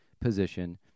position